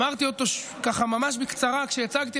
אמרתי אותו ככה ממש בקצרה כשהצגתי,